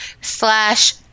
slash